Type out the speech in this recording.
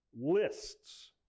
lists